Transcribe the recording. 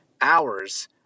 hours